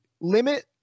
limit